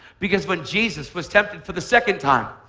because when jesus was tempted for the second time,